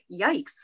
yikes